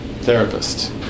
therapist